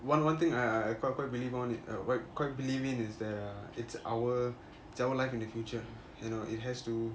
one one thing I I I quite quite believe on quite believe in is that it's our it's our life in the future you know it has to